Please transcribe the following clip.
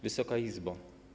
Wysoka Izbo!